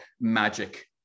magic